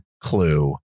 clue